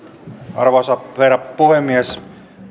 arvoisa herra puhemies